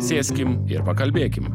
sėskim ir pakalbėkim